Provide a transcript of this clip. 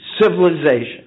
Civilization